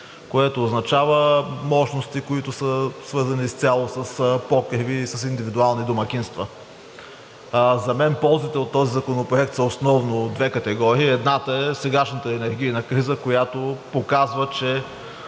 което означава мощности, които са свързани изцяло с покриви и с индивидуални домакинства. За мен ползите от този законопроект са основно в две категории – едната е сегашната енергийна криза, която показва, че